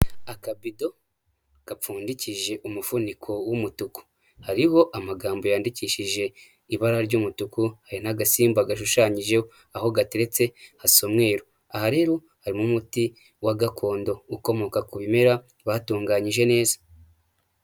Akabido gapfundikije umuvuniko w'umutuku, hariho amagambo yandikishije ibara ry'umutuku n'agasimba gashushanyijeho, aho gateretse hasa umweru. Aha rero harimo umuti wa gakondo ukomoka ku bimera batunganyije neza.